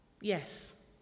Yes